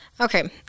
Okay